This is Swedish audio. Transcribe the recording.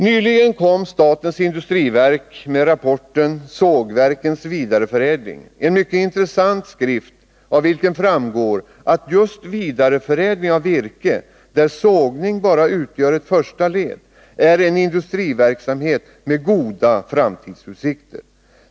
Nyligen kom statens industriverk med rapporten Sågverkens vidareförädling, en mycket intressant skrift av vilken framgår att just vidareförädling av virke, där sågning bara utgör ett första led, är en industriverksamhet med goda framtidsutsikter.